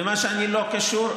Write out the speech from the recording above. למה שאני לא קשור,